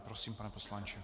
Prosím, pane poslanče.